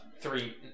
three